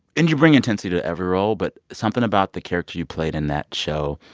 and you bring intensity to every role, but something about the character you played in that show,